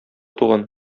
туган